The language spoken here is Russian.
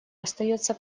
остается